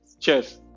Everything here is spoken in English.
cheers